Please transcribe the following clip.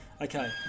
Okay